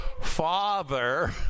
father